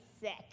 sick